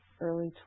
early